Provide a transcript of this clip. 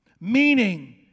Meaning